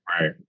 right